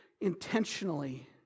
intentionally